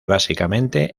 básicamente